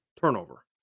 turnover